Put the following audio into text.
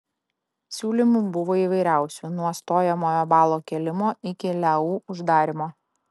siūlymų buvo įvairiausių nuo stojamojo balo kėlimo iki leu uždarymo